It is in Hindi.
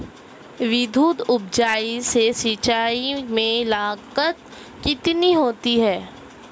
विद्युत ऊर्जा से सिंचाई में लागत कितनी होती है?